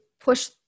push